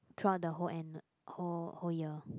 throughout the whole and whole whole year